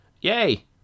yay